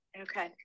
Okay